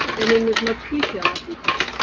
and in as much detail as we can.